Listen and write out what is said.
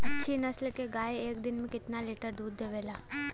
अच्छी नस्ल क गाय एक दिन में केतना लीटर दूध देवे ला?